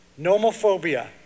Nomophobia